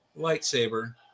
lightsaber